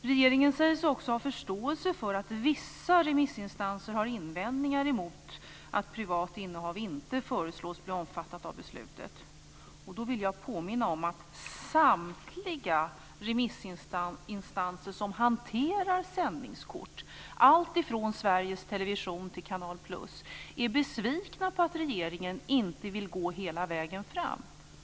Regeringen säger sig också ha förståelse för att vissa remissinstanser har invändningar emot att privat innehav inte föreslås bli omfattat av beslutet. Då vill jag påminna om att samtliga remissinstanser som hanterar sändningskort - alltifrån Sveriges Television till Canal+ - är besvikna på att regeringen inte vill gå hela vägen fram.